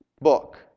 book